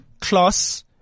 Class